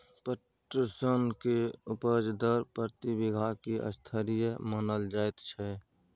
पटसन के उपज दर प्रति बीघा की स्तरीय मानल जायत छै?